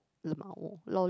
lmao lol